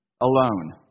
alone